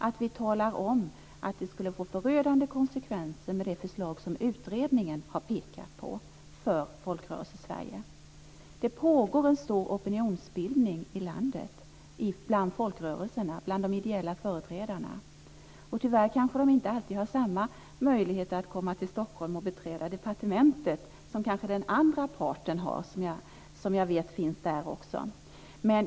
Vi måste tala om att det förslag som utredningen har pekat på skulle få förödande konsekvenser för Folkrörelsesverige. Det pågår mycket opinionsbildning i landet bland folkrörelserna och de ideella företrädarna. Tyvärr har de kanske inte alltid samma möjlighet att komma till Stockholm och beträda departementet som den andra parten kanske har, som jag vet också finns där.